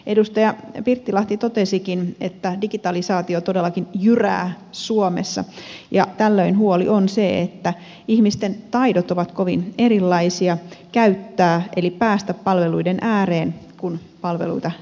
edustaja pirttilahti totesikin että digitalisaatio todellakin jyrää suomessa ja tällöin huoli on se että ihmisten taidot ovat kovin erilaisia käyttää eli päästä palveluiden ääreen kun palveluita digitalisoidaan